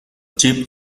chief